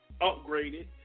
upgraded